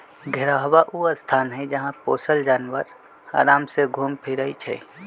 घेरहबा ऊ स्थान हई जहा पोशल जानवर अराम से घुम फिरइ छइ